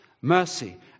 mercy